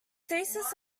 thesis